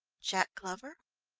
jack glover?